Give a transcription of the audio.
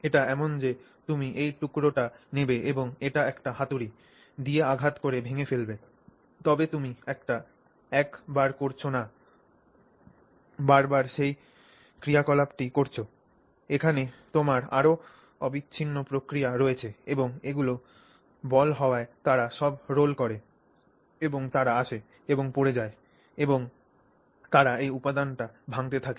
এটি এমন যে তুমি এই টুকরোটি নেবে এবং এটি একটি হাতুড়ি দিয়ে আঘাত করে ভেঙে ফেলবে তবে তুমি এটা এক বার করছ না বারবার সেই ক্রিয়াকলাপটি করছ এখানে তোমার আরও অবিচ্ছিন্ন প্রক্রিয়া রয়েছে এবং এগুলো বল হওয়ায় তারা সব রোল করে এবং তারা আসে এবং পড়ে যায় এবং তারা এই উপাদানটি ভাঙ্গতে থাকে